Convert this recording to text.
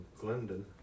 Glendon